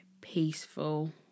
peaceful